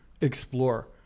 explore